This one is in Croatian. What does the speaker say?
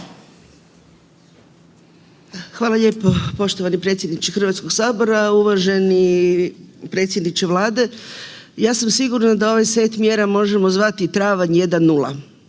Hvala lijepo poštovani predsjedniče Hrvatskog sabora. Uvaženi predsjedniče Vlade, ja sam sigurna da ovaj set mjera možemo zvati travanj 1 0